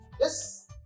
Yes